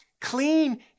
Clean